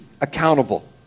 accountable